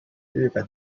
日本